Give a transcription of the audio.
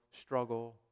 struggle